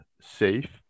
safe